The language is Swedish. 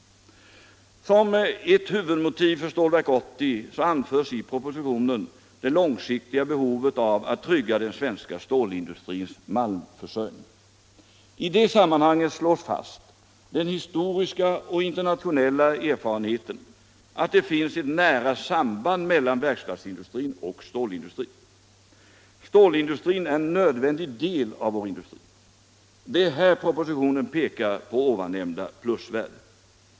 Som ett huvudmotiv för Stålverk 80 anförs i propositionen det långsiktiga behovet av att trygga den svenska stålindustrins malmförsörjning. I det sammanhanget slås den historiska och internationella erfarenheten fast, att det finns ett nära samband mellan verkstadsindustrin och stålindustrin. Stålindustrin är en nödvändig del av vår industri. Det är här propositionen pekar på det nämnda plusvärdet.